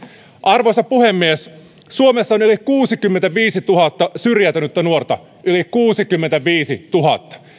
arvoisa puhemies suomessa on yli kuusikymmentäviisituhatta syrjäytynyttä nuorta yli kuusikymmentäviisituhatta